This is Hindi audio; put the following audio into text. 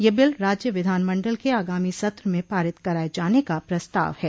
यह बिल राज्य विधान मण्डल के आगामी सत्र में पारित कराये जाने का प्रस्ताव है